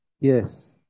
Yes